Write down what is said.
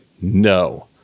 no